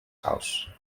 house